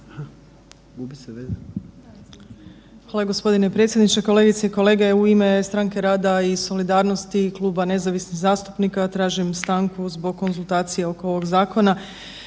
Hvala g. predsjedniče, kolegice i kolege, u ime Stranke rada i solidarnosti i Kluba nezavisnih zastupnika tražim stanku zbog konzultacije oko ovog zakona.